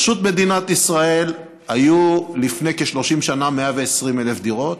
ברשות מדינת ישראל היו לפני כ-30 שנה 120,000 דירות,